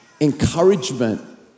Encouragement